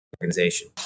organization